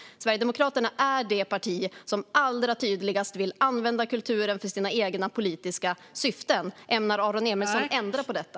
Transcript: Sverigedemokraterna är det parti som allra tydligast vill använda kulturen för sina egna politiska syften. Ämnar Aron Emilsson ändra på detta?